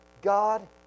God